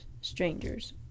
strangers